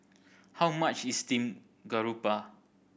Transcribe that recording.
how much is steamed garoupa